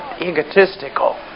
egotistical